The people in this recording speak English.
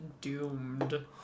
doomed